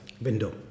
window